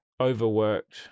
overworked